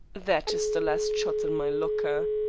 that is the last shot in my locker.